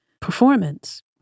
performance